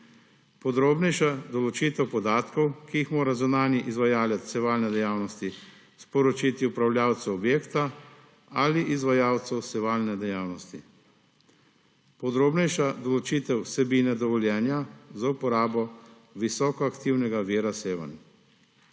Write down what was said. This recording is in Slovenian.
podrobnejša določitev podatkov, ki jih mora zunanji izvajalec sevalne dejavnosti sporočiti upravljavcu objekta ali izvajalcu sevalne dejavnosti; podrobnejša določitev vsebine dovoljenja za uporabo visoko aktivnega vira sevanj.